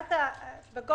בפעילותנו.